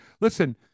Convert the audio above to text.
listen